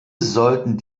sollten